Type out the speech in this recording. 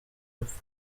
epfo